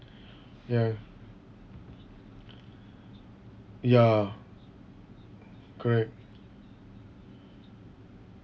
ya ya correct